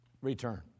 return